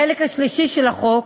החלק השלישי של החוק,